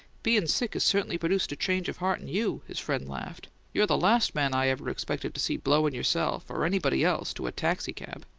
bein' sick has certainly produced a change of heart in you, his friend laughed. you're the last man i ever expected to see blowin' yourself or anybody else to a taxicab!